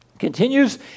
continues